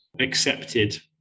accepted